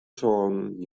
sânen